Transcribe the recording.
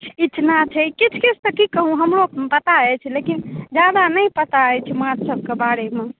इचना छै किछु किछु तऽ की कहु हमरो पता अछि लेकिन जादा नहि पता अछि माछक बारेमे